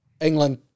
England